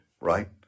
right